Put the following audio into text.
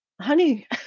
honey